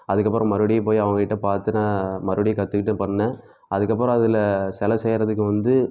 அதற்கப்பறம் மறுபடியும் போய் அவங்க கிட்ட பார்த்து நான் மறுபடியும் கற்றுக்கிட்டு பண்ணேன் அதற்கப்பறம் அதில் சில செய்யறதுக்கு வந்து